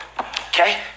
okay